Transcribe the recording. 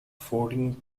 fourteen